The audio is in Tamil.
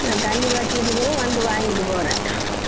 நான் தண்ணி பாய்ச்சிட்டு வந்து வாங்கிட்டு போகிறேன்